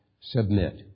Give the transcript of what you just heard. Submit